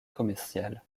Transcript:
commerciale